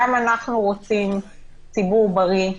גם אנחנו רוצים ציבור בריא.